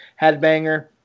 headbanger